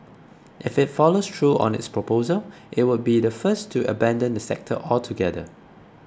if it follows through on its proposal it would be the first to abandon the sector altogether